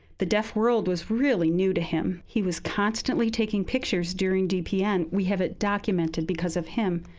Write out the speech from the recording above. the deaf world was really new to him. he was constantly taking pictures during dpn. we have it documented because of him.